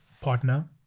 partner